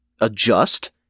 adjust